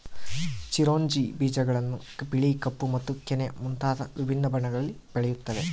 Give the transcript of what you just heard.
ಚಿರೊಂಜಿ ಬೀಜಗಳನ್ನು ಬಿಳಿ ಕಪ್ಪು ಮತ್ತು ಕೆನೆ ಮುಂತಾದ ವಿಭಿನ್ನ ಬಣ್ಣಗಳಲ್ಲಿ ಬೆಳೆಯುತ್ತವೆ